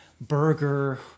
burger